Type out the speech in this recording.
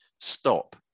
stop